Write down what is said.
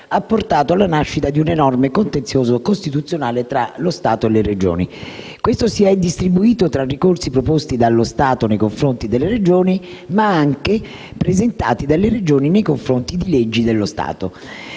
ha portato alla nascita di un enorme contenzioso costituzionale tra lo Stato e le Regioni. Questo si è distribuito tra ricorsi proposti dallo Stato nei confronti delle Regioni, ma anche presentati dalle Regioni nei confronti di leggi dello Stato.